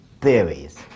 theories